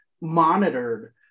monitored